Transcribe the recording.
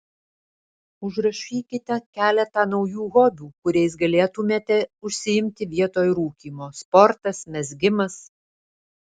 užrašykite keletą naujų hobių kuriais galėtumėte užsiimti vietoj rūkymo sportas mezgimas